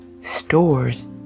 stores